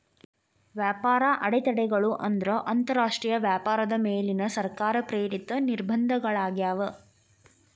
ವ್ಯಾಪಾರ ಅಡೆತಡೆಗಳು ಅಂದ್ರ ಅಂತರಾಷ್ಟ್ರೇಯ ವ್ಯಾಪಾರದ ಮೇಲಿನ ಸರ್ಕಾರ ಪ್ರೇರಿತ ನಿರ್ಬಂಧಗಳಾಗ್ಯಾವ